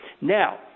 Now